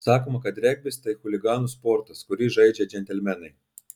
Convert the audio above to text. sakoma kad regbis tai chuliganų sportas kurį žaidžia džentelmenai